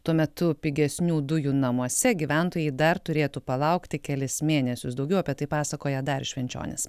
tuo metu pigesnių dujų namuose gyventojai dar turėtų palaukti kelis mėnesius daugiau apie tai pasakoja darius švenčionis